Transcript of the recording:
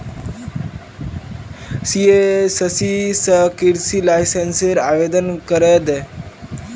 CSC स कृषि लाइसेंसेर आवेदन करे दे